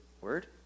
Word